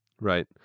Right